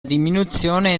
diminuzione